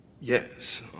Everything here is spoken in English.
Yes